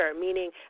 meaning